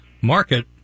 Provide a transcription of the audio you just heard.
market